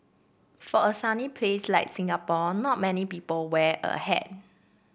for a sunny place like Singapore not many people wear a hat